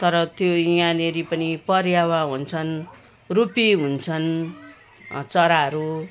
तर त्यो यहाँनिर पनि परेवा हुन्छन् रुप्पी हुन्छन् चराहरू